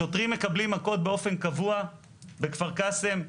שוטרים מקבלים מכות באופן קבוע בכפר קאסם.